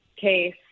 case